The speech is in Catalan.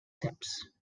ceps